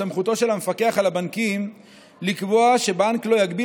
בסמכותו של המפקח על הבנקים לקבוע שבנק לא יגביל